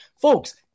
Folks